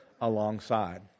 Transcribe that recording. alongside